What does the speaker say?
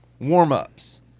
warm-ups